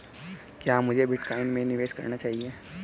क्या मुझे बिटकॉइन में निवेश करना चाहिए?